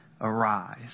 arise